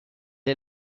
est